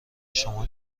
شما